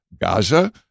Gaza